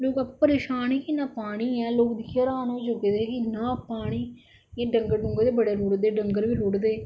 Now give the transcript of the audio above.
लोक आपू परेशान है कि इन्ना पानी ऐ लोक दिक्खियै र्हान होई चुके दे हे कि इन्ना पानी कि डंगर ते बडे़ रुढ़दे डंगर ते